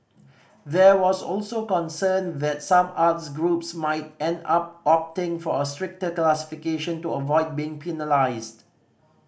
there was also concern that some arts groups might end up opting for a stricter classification to avoid being penalised